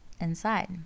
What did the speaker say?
inside